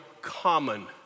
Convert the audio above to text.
common